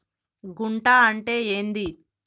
గుంట అంటే ఏంది?